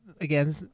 again